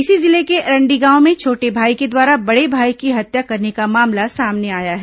इसी जिले के अरंडी गांव में छोटे भाई के द्वारा बड़े भाई की हत्या करने का मामला सामने आया है